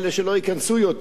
שלא ייכנסו יותר.